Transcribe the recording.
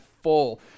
full